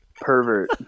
pervert